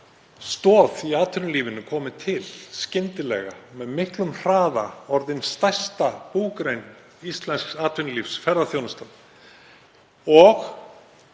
stoð í atvinnulífinu, skyndilega og með miklum hraða orðin stærsta búgrein íslensks atvinnulífs, ferðaþjónustan.